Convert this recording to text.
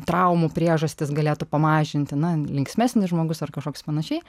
traumų priežastis galėtų pamažinti na linksmesnis žmogus ar kažkoks panašiai